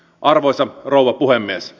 arvoisa rouva puhemies